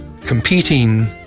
competing